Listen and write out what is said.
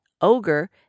ogre